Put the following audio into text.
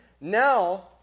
Now